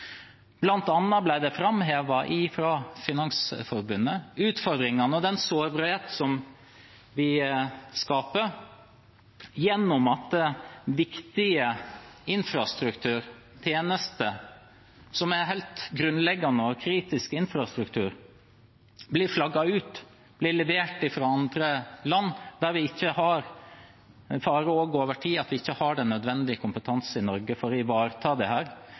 vi skaper, gjennom at viktig infrastruktur, tjenester som er helt grunnleggende og kritisk infrastruktur, blir flagget ut, blir levert fra andre land – det er også en fare over tid – der vi ikke har den nødvendige kompetansen i Norge for å ivareta dette. I en krisesituasjon, hvilke konsekvenser vil det